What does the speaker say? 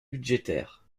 budgétaires